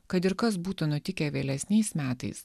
kad ir kas būtų nutikę vėlesniais metais